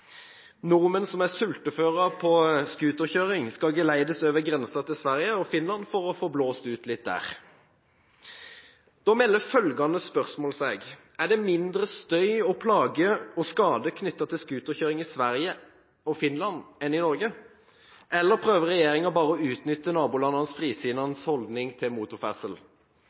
nordmenn som er sultefôret på scooterkjøring skal geleides over grensen til Sverige og Finland for å få blåst ut litt der. Da melder følgende spørsmål seg: Er det mindre støy, plager og skader knyttet til scooterkjøring i Sverige og Finland enn i Norge? Eller prøver regjeringen bare å utnytte nabolandenes frisinnede holdning til motorferdsel?